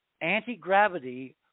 anti-gravity